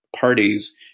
parties